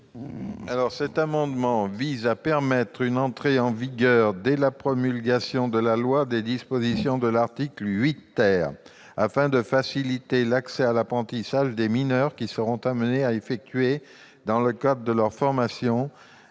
Cet amendement prévoit une entrée en vigueur dès la promulgation de la loi des dispositions de l'article 8 afin de faciliter l'accès à l'apprentissage des mineurs qui seront amenés à effectuer, dans le cadre de leur formation,